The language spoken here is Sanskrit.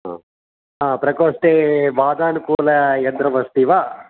हा प्रकोष्ठे वातानुकूलयन्त्रमस्ति वा